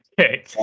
Okay